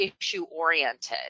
issue-oriented